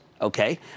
okay